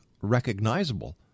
recognizable